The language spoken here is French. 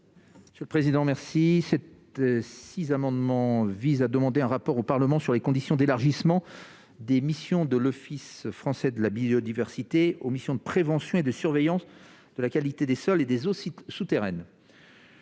de la commission ? Ces six amendements visent à demander la remise d'un rapport au Parlement sur les conditions d'élargissement des attributions de l'Office français de la biodiversité aux missions de prévention et de surveillance de la qualité des sols et des eaux souterraines.